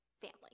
family